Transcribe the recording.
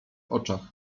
oczach